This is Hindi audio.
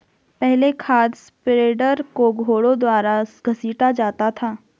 पहले खाद स्प्रेडर को घोड़ों द्वारा घसीटा जाता था